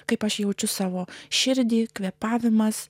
kaip aš jaučiu savo širdį kvėpavimas